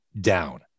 down